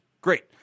Great